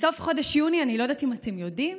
אני לא יודעת אם אתם יודעים,